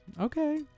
Okay